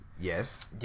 Yes